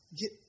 get